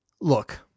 Look